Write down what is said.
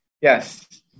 Yes